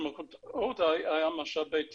כשעוד היה משאבי טבע,